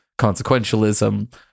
consequentialism